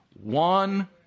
One